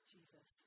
Jesus